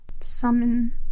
summon